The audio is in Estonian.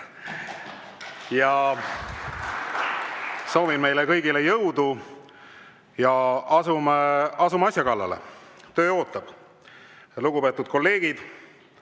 ja soovin meile kõigile jõudu. Ja asume asja kallale, töö ootab! Lugupeetud kolleegid!